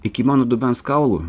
iki mano dubens kaulų